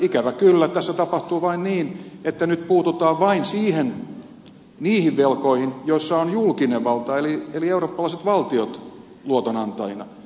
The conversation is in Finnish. ikävä kyllä tässä tapahtuu vain niin että nyt puututaan vain niihin velkoihin joissa on julkinen valta eli eurooppalaiset valtiot luotonantajina